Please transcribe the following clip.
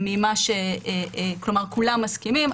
כלומר כולם מסכימים,